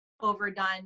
overdone